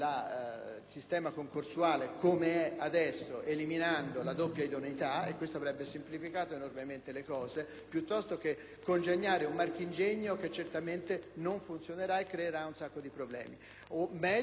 sistema concorsuale, eliminando la doppia idoneità - che avrebbe semplificato enormemente le cose - piuttosto che congegnare un marchingegno che certamente non funzionerà e creerà moltissimi problemi.